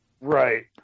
Right